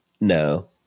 No